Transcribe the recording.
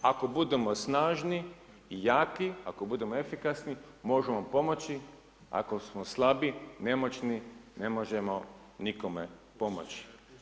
Ako budemo snažni i jaki, ako budemo efikasni, možemo pomoći ako smo slabi, nemoćni ne možemo nikome pomoći.